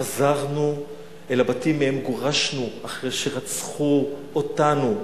חזרנו אל הבתים שמהם גורשנו אחרי שרצחו אותנו,